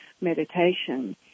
meditation